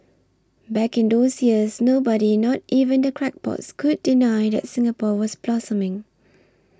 back in those years nobody not even the crackpots could deny that Singapore was blossoming